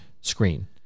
screen